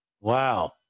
Wow